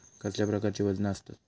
कसल्या प्रकारची वजना आसतत?